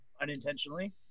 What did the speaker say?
Unintentionally